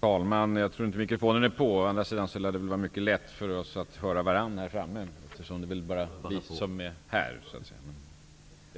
Herr talman! Jag tror inte mikrofonen är på. Å andra sidan lär det nog vara mycket lätt för oss att höra varandra här framme. Det är väl bara vi som är här. Är